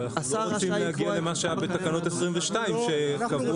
אבל אנחנו לא רוצים להגיע למה שהיה בתקנות 22' שקבעו